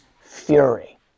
fury